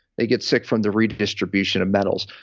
they get sick from the redistribution of metals.